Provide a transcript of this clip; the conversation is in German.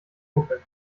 verkuppeln